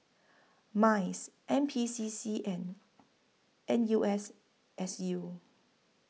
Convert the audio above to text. Mice N P C C and N U S S U